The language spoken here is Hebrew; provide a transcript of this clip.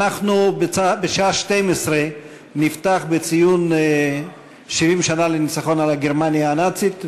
בשעה 12:00 נפתח בציון 70 שנה לניצחון על גרמניה הנאצית,